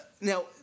Now